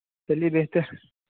چلیے دیکھتے ہیں